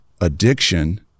addiction